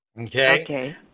Okay